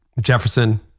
Jefferson